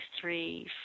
three